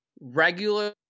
regular